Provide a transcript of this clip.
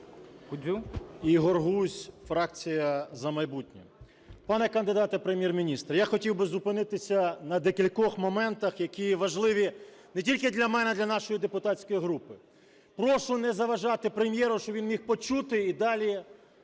Ігор Гузь, фракція "За майбутнє". Пане кандидате у Прем'єр-міністри, я хотів би зупинитися на декількох моментах, які важливі не тільки для мене, і й для нашої депутатської групи. Прошу не заважати прем'єру, щоб він міг почути і далі